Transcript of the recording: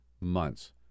months